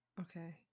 Okay